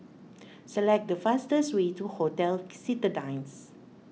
select the fastest way to Hotel Citadines